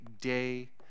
day